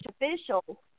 official